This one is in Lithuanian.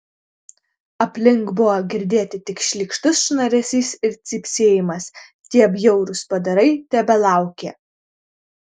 aplink buvo girdėti tik šlykštus šnaresys ir cypsėjimas tie bjaurūs padarai tebelaukė